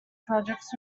projects